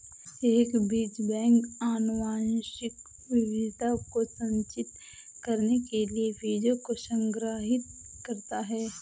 एक बीज बैंक आनुवंशिक विविधता को संरक्षित करने के लिए बीजों को संग्रहीत करता है